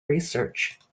research